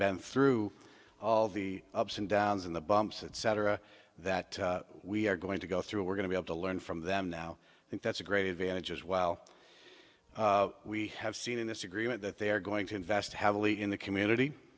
been through all the ups and downs in the bumps etc that we are going to go through we're going to have to learn from them now i think that's a great advantage as well we have seen in this agreement that they are going to invest heavily in the community